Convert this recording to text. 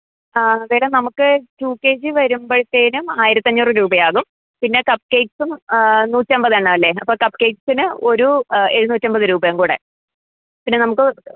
ആ വില നമുക്ക് ടു കെ ജി വരുമ്പഴത്തേനും ആയിരത്തഞ്ഞൂറ് രൂപയാകും പിന്നെ കപ്പ് കേക്ക്സും നൂറ്റമ്പത് എണ്ണം അല്ലേ അപ്പോൾ കപ്പ് കേക്ക്സിന് ഒരു എഴുന്നൂറ്റമ്പത് രൂപയും കൂടെ പിന്നെ നമുക്ക്